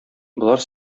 болар